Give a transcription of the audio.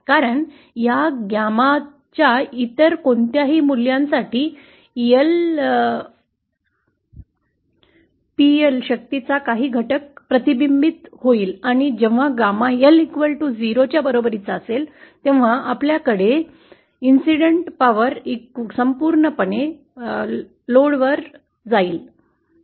कारण या gamma L च्या इतर कोणत्याही मूल्यांसाठी शक्तीचा काही घटक परत प्रतिबिंबित होईल आणि जेव्हा gama L 0 च्या बरोबरीचा असेल तेव्हा आपल्याकडे घटनेची शक्ती संपूर्ण प्रसार लोड वर असतो